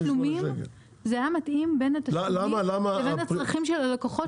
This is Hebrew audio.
מכיוון שזה היה מתאים בין התשלומים לבין הצרכים של הלקוחות.